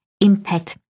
impact